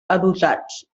adossats